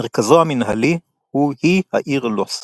מרכזו המנהלי היא העיר הלוסק.